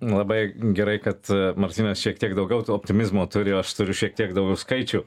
labai gerai kad martynas šiek tiek daugiau to optimizmo turi o aš turiu šiek tiek daugiau skaičių